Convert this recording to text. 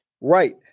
Right